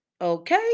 Okay